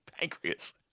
Pancreas